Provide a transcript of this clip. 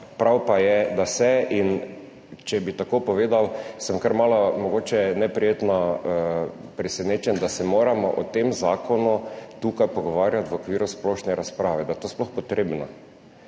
prav pa je, da se, in če bi tako povedal, sem mogoče kar malo neprijetno presenečen, da se moramo o tem zakonu tukaj pogovarjati v okviru splošne razprave, da je to sploh potrebno,